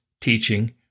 teaching